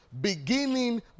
beginning